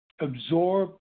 absorb